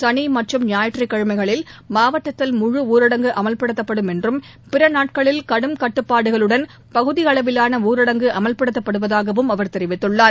சனி மற்றும் ஞாயிற்றுக்கிழமைகளில் மாவட்டத்தில் முழு ஊரடங்கு அமன்படுத்தப்படும் என்றும் பிற நாட்களில் கடும் கட்டுப்பாடுகளுடன் பகுதி அளவிலான அணரடங்கு அமல்படுத்தப்படுதாகவும் அவர் தெரிவித்துள்ளார்